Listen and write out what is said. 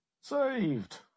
Saved